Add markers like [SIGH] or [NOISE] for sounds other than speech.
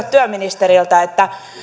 [UNINTELLIGIBLE] työministeriltä